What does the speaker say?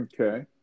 Okay